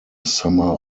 summer